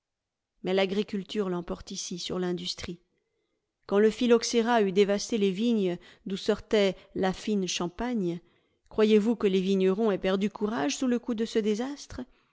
mais l'agriculture l'emporte ici sur l'industrie quand le phylloxéra eut dévasté les vignes d'où sortait la fine champagne croyez-vous que les vignerons aient perdu courage sous le coup de ce désastre